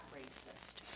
racist